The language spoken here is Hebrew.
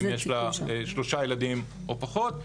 אם יש לה שלושה ילדים או פחות,